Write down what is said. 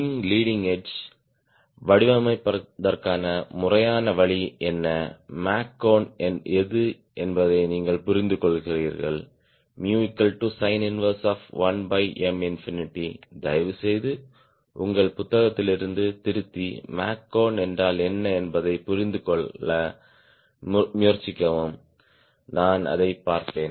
wing leading edge வடிவமைப்பதற்கான முறையான வழி என்ன மேக் கோண் எது என்பதை நீங்கள் புரிந்துகொள்கிறீர்கள் sin 11M தயவுசெய்து உங்கள் புத்தகத்திலிருந்து திருத்தி மேக் கோண் என்றால் என்ன என்பதைப் புரிந்து கொள்ள முயற்சிக்கவும் நான் அதைப் பார்ப்பேன்